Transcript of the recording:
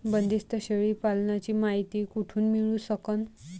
बंदीस्त शेळी पालनाची मायती कुठून मिळू सकन?